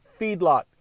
feedlot